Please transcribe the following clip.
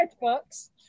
books